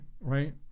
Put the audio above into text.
right